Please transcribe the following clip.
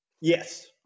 Yes